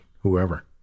whoever